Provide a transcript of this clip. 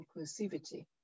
inclusivity